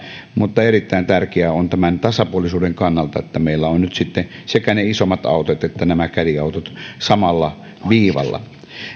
mutta erittäin tärkeää on tämän tasapuolisuuden kannalta että meillä on nyt sitten sekä ne isommat autot että nämä caddy autot samalla viivalla